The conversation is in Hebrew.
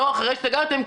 לא אחרי שסגרתם.